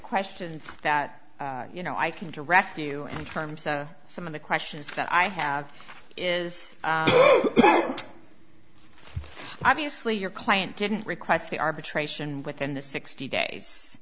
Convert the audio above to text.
questions that you know i can direct you in terms of some of the questions that i have is obviously your client didn't request the arbitration within the sixty days